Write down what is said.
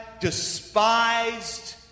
despised